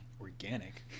Organic